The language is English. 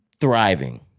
Thriving